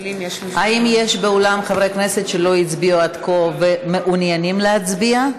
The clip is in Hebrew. האם יש באולם חברי כנסת שלא הצביעו עד כה ומעוניינים להצביע?